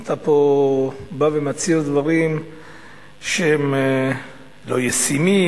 אתה פה בא ומצהיר דברים שהם לא ישימים,